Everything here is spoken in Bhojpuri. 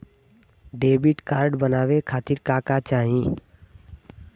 डेबिट कार्ड बनवावे खातिर का का चाही?